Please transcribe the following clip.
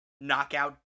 knockout